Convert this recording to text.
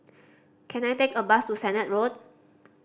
can I take a bus to Sennett Road